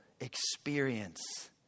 experience